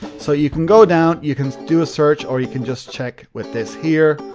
so, you can go down, you can do a search or you can just check with this here,